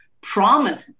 prominent